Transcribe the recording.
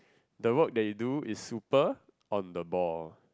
the work that you do is super on the ball